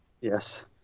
Yes